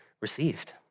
received